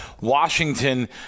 Washington